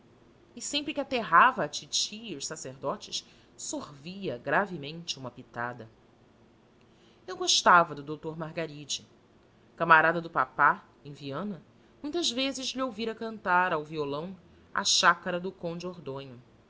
e sempre que aterrava a titi e os sacerdotes sorvia gravemente uma pitada eu gostava do doutor margaride camarada do papá em viana muitas vezes lhe ouvira cantar ao violão a xácara do conde